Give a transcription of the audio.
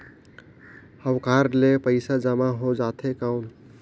हव कारड ले पइसा जमा हो जाथे कौन?